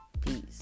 Peace